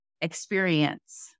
experience